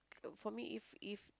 for me if if